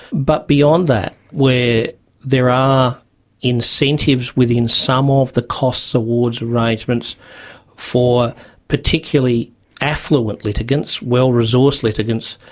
but beyond that where there are incentives within some of the costs awards arrangements for particularly affluent litigants, well-resourced litigants,